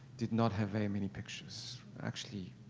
did not have very many pictures, actually.